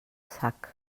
sac